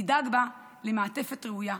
נדאג בה למעטפת ראויה,